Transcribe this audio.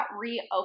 reopen